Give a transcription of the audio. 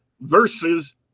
versus